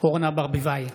אורנה ברביבאי,